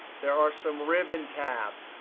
there are some ribbon tabs.